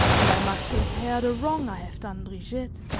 and i must repair the wrong i have done brigitte.